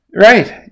Right